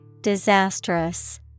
Disastrous